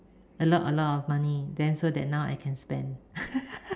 a lot a lot of money then so that now I can spend